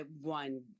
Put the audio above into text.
one